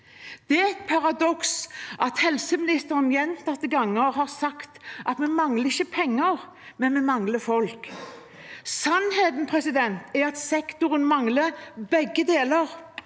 Det er et paradoks at helseministeren gjentatte ganger har sagt at vi ikke mangler penger, men vi mangler folk. Sannheten er at sektoren mangler begge deler,